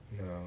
No